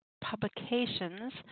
publications